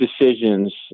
decisions